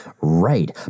Right